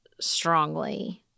strongly